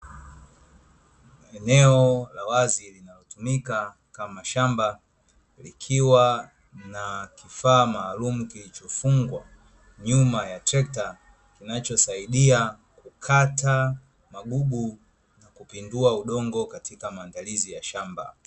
Eneo la wazi linatumika kama shamba, likiwa na kifaa maalum kilichofungwa nyuma ya trekta inachosaidia kukata magugu na kupindua udongo katika maandalizi ya shamba.